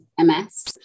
MS